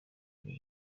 hari